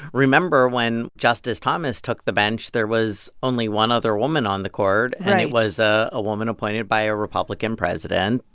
remember when justice thomas took the bench, there was only one other woman on the court right and it was a ah woman appointed by a republican president,